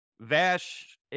Vash